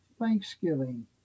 Thanksgiving